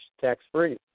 tax-free